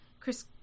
Chris